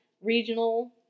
regional